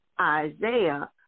Isaiah